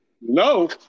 No